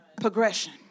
progression